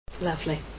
Lovely